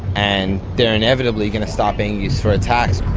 and they're inevitably going to start being used for attacks.